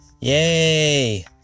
Yay